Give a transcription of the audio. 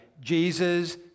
Jesus